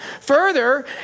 Further